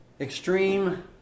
extreme